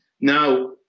Now